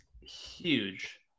huge